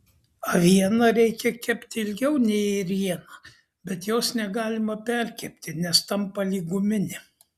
avieną reikia kepti ilgiau nei ėrieną bet jos negalima perkepti nes tampa lyg guminė